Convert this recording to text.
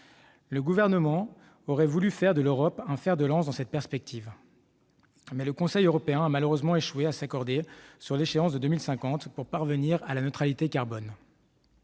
Le Gouvernement aurait voulu faire de l'Europe un fer de lance dans cette perspective. Mais le Conseil européen a malheureusement échoué à s'accorder sur l'échéance de 2050 pour parvenir à la neutralité carbone.